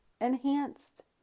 enhanced